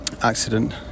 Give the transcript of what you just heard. accident